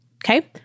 Okay